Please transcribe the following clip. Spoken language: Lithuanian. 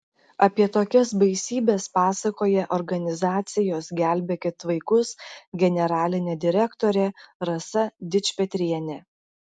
apie tokias baisybes pasakoja organizacijos gelbėkit vaikus generalinė direktorė rasa dičpetrienė